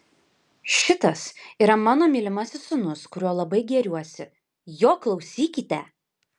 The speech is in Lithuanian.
šitas yra mano mylimasis sūnus kuriuo labai gėriuosi jo klausykite